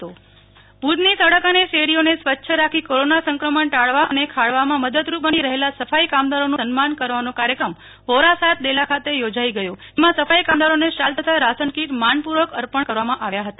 નેહલ ઠકકર ભુજ સફાઈ કામદારનું સન્માન ભુજ ની સડક અને શેરીઓ ને સ્વચ્છ રાખી કોરોના સંક્રમણ ટાળવા અને ખાળવા માં મદદરૂપ બની રહેલા સફાઈ કામદારોનું સન્માન કરવાનો કાર્યક્રમ વોરા સાત ડેલા ખાતે યોજાઈ ગયો જેમાં સફાઈ કામદારોને શાલ તથા રાશન કીટ માનપૂર્વક અર્પણ કરવામાં આવ્યા હતા